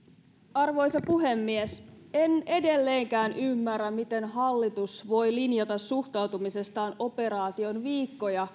arvoisa puhemies en edelleenkään ymmärrä miten hallitus voi linjata suhtautumisestaan operaatioon viikkoja